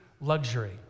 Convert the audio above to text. luxury